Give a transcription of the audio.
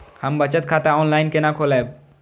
हम बचत खाता ऑनलाइन केना खोलैब?